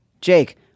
Jake